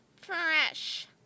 fresh